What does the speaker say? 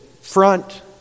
front